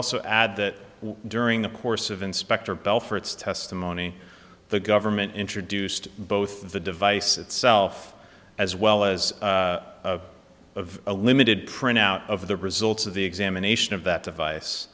also add that during the course of inspector bell for its testimony the government introduced both the device itself as well as of a limited printout of the results of the examination of that device